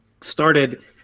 started